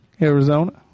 Arizona